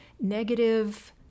negative